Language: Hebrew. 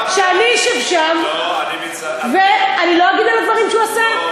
שאני אשב שם ואני לא אגיד על דברים שהוא עשה?